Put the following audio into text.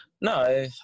no